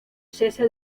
cese